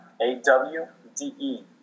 A-W-D-E